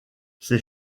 ces